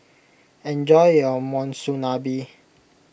enjoy your Monsunabe